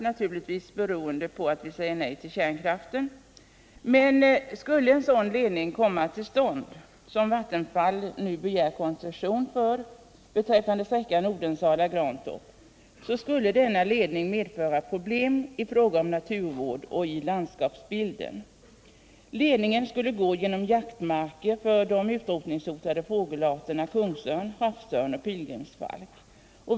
Naturligtvis beror detta på att vi säger nej till kärnkraften, men skulle en sådan ledning som Vattenfall nu begär koncession för beträffande sträckan Odensala-Grantorp komma till stånd, så skulle detta medföra problem i naturvårdshänseende liksom när det gäller landskapsbilden. Ledningen skulle komma att gå genom jaktmarker för de utrotningshotade fågelarterna kungsörn, havsörn och pilgrimsfalk.